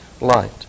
light